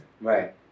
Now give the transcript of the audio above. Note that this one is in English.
right